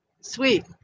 Sweet